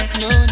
no